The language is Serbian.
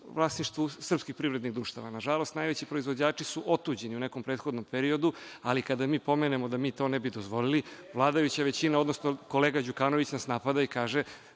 vlasništvu srpskih privrednih društava. Nažalost, najveći proizvođači su otuđeni u nekom prethodnom periodu, ali kada mi pomenemo da mi to ne bi dozvolili, vladajuća većina odnosno kolega Đukanović nas napada i kaže